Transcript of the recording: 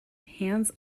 hands